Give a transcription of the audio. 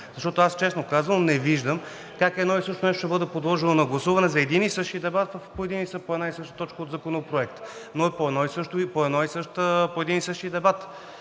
Защото аз, честно казано, не виждам как едно и също нещо ще бъде подложено на гласуване за един и същи дебат по една и съща точка от Законопроекта, по един и същи дебат.